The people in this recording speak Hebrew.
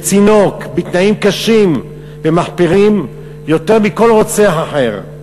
בצינוק, בתנאים קשים ומחפירים, יותר מכל רוצח אחר.